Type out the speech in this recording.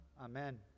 Amen